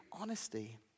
honesty